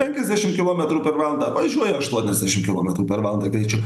penkiasdešimt kilometrų per valandą važiuoja aštuoniasdešimt kilometrų per valandą greičiu